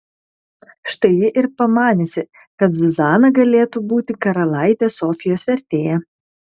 štai ji ir pamaniusi kad zuzana galėtų būti karalaitės sofijos vertėja